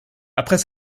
après